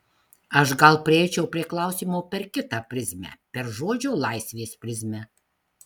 aš gal prieičiau prie klausimo per kitą prizmę per žodžio laisvės prizmę